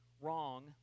wrong